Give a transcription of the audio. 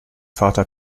vater